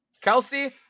Kelsey